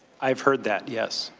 i've heard that, yes.